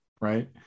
Right